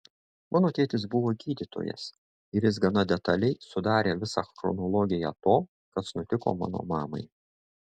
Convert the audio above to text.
mano tėtis buvo gydytojas ir jis gana detaliai sudarė visą chronologiją to kas nutiko mano mamai